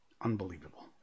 Unbelievable